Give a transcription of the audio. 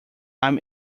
i’m